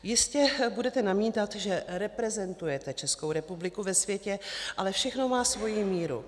Jistě budete namítat, že reprezentujete Českou republiku ve světě, ale všechno má svoji míru.